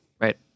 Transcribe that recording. Right